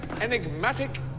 enigmatic